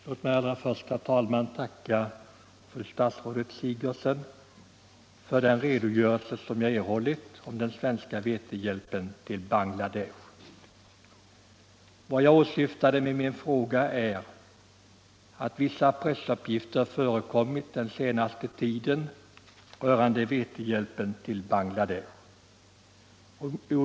Herr talman! Låt mig allra först tacka fru statsrådet Sigurdsen för den redogörelse jag erhållit för den svenska vetehjälpen till Bangladesh. Bakgrunden till min fråga är vissa pressuppgifter som den senaste tiden förekommit rörande vetehjälpen till Bangladesh.